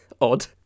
odd